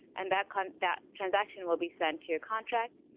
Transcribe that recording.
and that kind of that transaction will be sent to your contract.